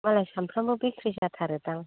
मालाय सानफ्रोमबो बिक्रि जाथारो दां